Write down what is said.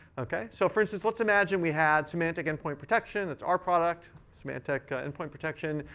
ok. so for instance, let's imagine we had symantec endpoint protection. that's our product, symantec endpoint protection.